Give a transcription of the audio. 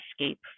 escape